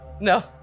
No